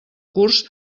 curs